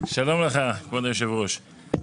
שלום לך כבוד היושב-ראש.